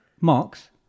marks